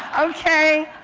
ok?